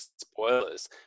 spoilers